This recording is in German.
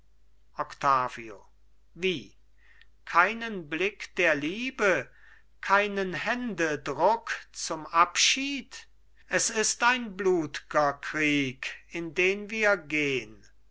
wie keinen blick der liebe keinen händedruck zum abschied es ist ein blutger krieg in den wir gehn